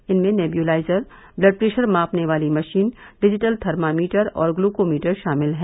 इनमें nebuliser blood pressure मापने वाली मशीन डिजिटल थर्मामीटर और ग्लूकोमीटर शामिल हैं